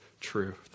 truth